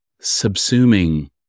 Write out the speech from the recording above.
subsuming